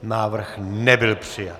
Návrh nebyl přijat.